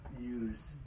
use